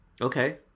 Okay